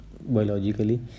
biologically